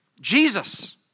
Jesus